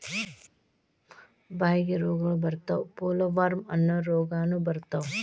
ಬಾಯಿಗೆ ರೋಗಗಳ ಬರತಾವ ಪೋಲವಾರ್ಮ ಅನ್ನು ರೋಗಾನು ಬರತಾವ